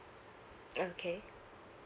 okay